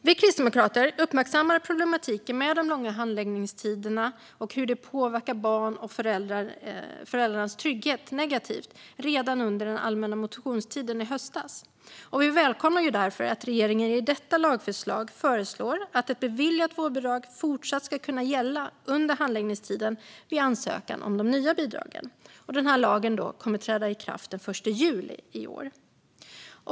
Vi kristdemokrater uppmärksammade problematiken med de långa handläggningstiderna och hur de påverkade barns och föräldrars trygghet negativt redan under den allmänna motionstiden i höstas. Vi välkomnar därför att regeringen i detta lagförslag föreslår att ett beviljat vårdbidrag ska kunna fortsätta gälla under handläggningstiden vid ansökan om de nya bidragen. Lagen kommer att träda i kraft den 1 juli i år.